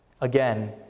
Again